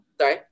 Sorry